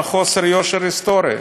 חוסר יושר היסטורי.